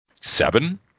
Seven